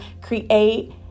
create